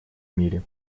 мире